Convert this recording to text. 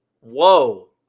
Whoa